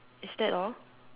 is that all